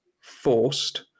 forced